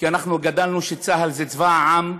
כי גדלנו שצה"ל זה צבא העם,